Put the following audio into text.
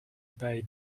bij